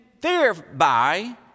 thereby